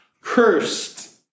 Cursed